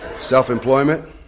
self-employment